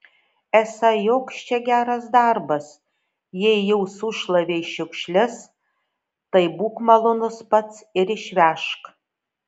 esą joks čia geras darbas jei jau sušlavei šiukšles tai būk malonus pats ir išvežk